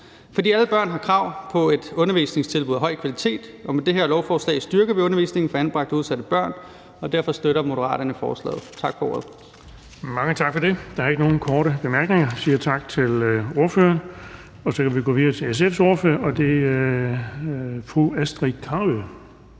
for alle børn har krav på et undervisningstilbud af høj kvalitet. Med det her lovforslag styrker vi undervisningen for anbragte og udsatte børn, og derfor støtter Moderaterne forslaget. Tak for ordet. Kl. 11:08 Den fg. formand (Erling Bonnesen): Der er ikke nogen korte bemærkninger, og vi siger tak til ordføreren. Så kan vi gå videre til SF's ordfører, og det er fru Astrid Carøe,